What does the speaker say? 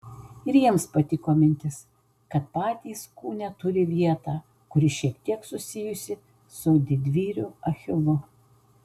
ir jiems patiko mintis kad patys kūne turi vietą kuri šiek tiek susijusi su didvyriu achilu